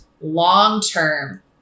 long-term